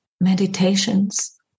meditations